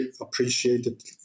appreciated